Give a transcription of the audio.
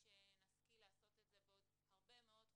אבל הם נפגעים בתאונות דרכים בצורה מאוד מאוד מוגברת.